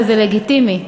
וזה לגיטימי,